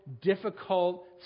difficult